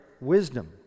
wisdom